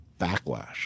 backlash